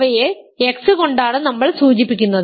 അവയെ കൊണ്ടാണ് നമ്മൾ സൂചിപ്പിക്കുന്നത്